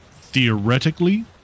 Theoretically